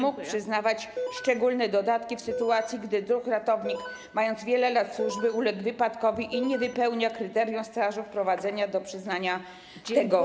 mógł przyznawać szczególne dodatki w sytuacji, gdy druh ratownik, mając wiele lat służby, uległ wypadkowi i nie wypełnia kryterium stażu wprowadzenia do przyznania tego dodatku.